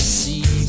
see